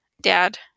dad